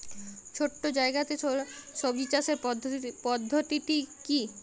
ছোট্ট জায়গাতে সবজি চাষের পদ্ধতিটি কী?